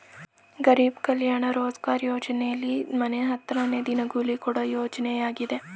ಗರೀಬ್ ಕಲ್ಯಾಣ ರೋಜ್ಗಾರ್ ಯೋಜನೆಲಿ ಮನೆ ಹತ್ರನೇ ದಿನಗೂಲಿ ಕೊಡೋ ಯೋಜನೆಯಾಗಿದೆ